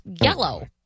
yellow